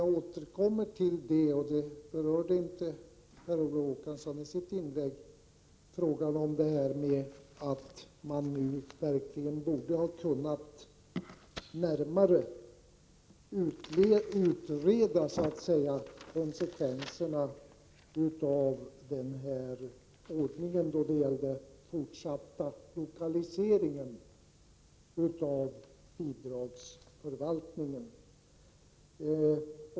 Jag återkommer — Per Olof Håkansson berörde inte frågan i sitt inlägg — till att man nu verkligen borde ha närmare utrett konsekvenserna av lokaliseringen av bidragsförvaltningen.